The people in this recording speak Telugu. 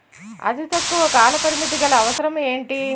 అతి తక్కువ కాల పరిమితి గల అవసరం ఏంటి